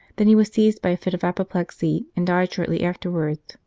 than he was seized by a fit of apoplexy, and died shortly afterwards,